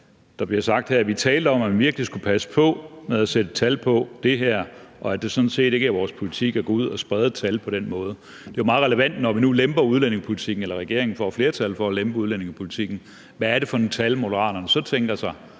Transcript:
Der bliver sagt: »Vi talte om, at man virkelig skulle passe på med at sætte et tal på det her, og at det sådan set ikke er vores politik at gå ud og sprede et tal på den her måde ...«. Det er jo meget relevant, når vi nu lemper udlændingepolitikken og regeringen får flertal for at lempe udlændingepolitikken, hvad det er for nogle tal Moderaterne så tænker sig,